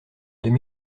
deux